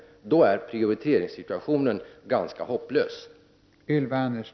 Då är prioriteringssituationen ganska hopplös.